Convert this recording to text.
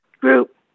group